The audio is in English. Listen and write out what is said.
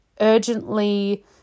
urgently